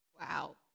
Wow